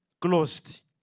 closed